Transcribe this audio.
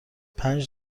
پنج